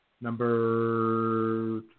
Number